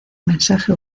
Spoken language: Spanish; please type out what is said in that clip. mensaje